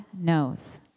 knows